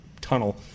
tunnel